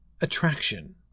attraction